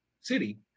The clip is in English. city